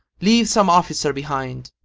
leave some officer behind,